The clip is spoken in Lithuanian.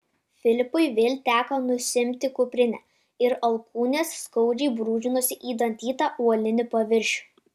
filipui vėl teko nusiimti kuprinę ir alkūnės skaudžiai brūžinosi į dantytą uolinį paviršių